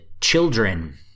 children